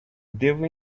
devo